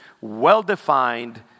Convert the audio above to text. well-defined